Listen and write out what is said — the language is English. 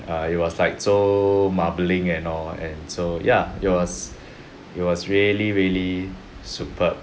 uh it was like so marbling and all and so ya it was it was really really superb